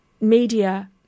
media